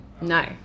No